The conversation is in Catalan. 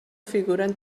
figuren